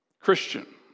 Christian